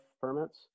permits